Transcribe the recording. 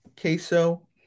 queso